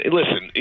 listen